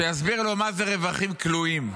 שיסביר לו מה זה רווחים כלואים.